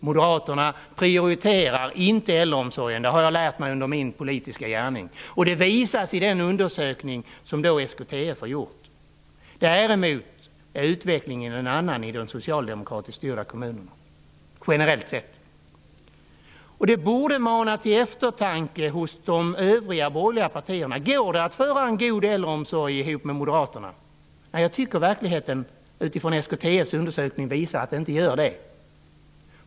Moderaterna prioriterar inte äldreomsorgen, det har jag lärt mig under min politiska gärning, och det visas i den undersökning som SKTF har gjort. Däremot är utvecklingen en annan i de socialdemokratiskt styrda kommunerna, generellt sett. Det borde mana till eftertanke hos de övriga borgerliga partierna. Går det att bedriva en god äldreomsorg ihop med Moderaterna? Jag tycker att verkligheten, utifrån SKTF:s undersökning, visar att det inte gör det.